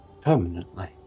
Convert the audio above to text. permanently